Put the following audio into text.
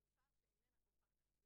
אנחנו חושבים שאם מדובר על נזק